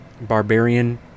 Barbarian